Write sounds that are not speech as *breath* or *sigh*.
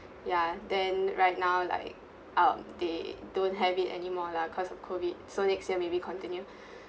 ya then right now like um they don't have it anymore lah cause of COVID so next year maybe continue *breath*